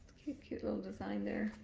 cute little design there.